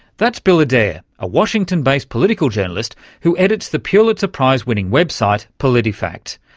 that's bill adair a washington-based political journalist who edits the pulitzer-prize winning website politifact.